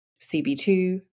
cb2